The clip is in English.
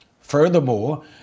Furthermore